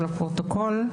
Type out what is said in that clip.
לפרוטוקול,